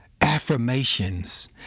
affirmations